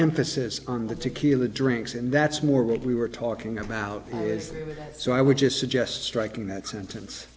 emphasis on the tequila drinks and that's more what we were talking about so i would just suggest striking that sentence